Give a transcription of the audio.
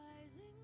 rising